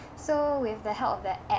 so with the help of that app